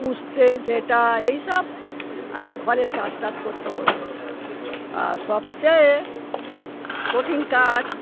কুরুশ দিয়ে যেটা এই সব আর কি ঘরের কাজ টাজ করতে হতো আর সবচেয়ে কঠিন কাজ